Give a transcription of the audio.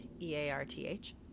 E-A-R-T-H